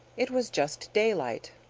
it was just daylight.